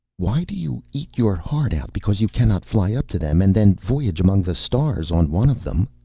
why do you eat your heart out because you cannot fly up to them and then voyage among the stars on one of them?